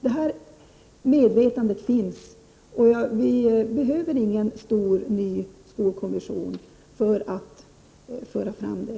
Detta medvetande finns alltså. Det behövs inte någon ny stor skolkommission för att föra fram det.